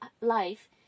life